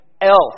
else